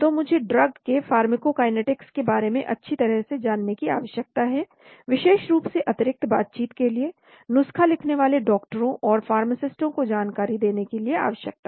तो मुझे ड्रग के उस फार्माकोकाइनेटिक्स के बारे में अच्छी तरह से जानने की आवश्यकता है विशेष रूप से अतिरिक्त बातचीत के लिए नुस्खा लिखने वाले डॉक्टरों और फार्मासिस्टों को जानकारी देने के लिए आवश्यकता है